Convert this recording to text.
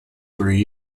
three